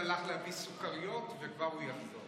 תודה רבה, חבר הכנסת אמסלם.